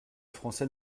français